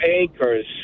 anchors